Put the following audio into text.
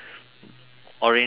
orange followed by green